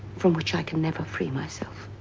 from which i can never free myself.